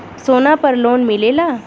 सोना पर लोन मिलेला?